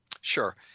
Sure